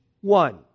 one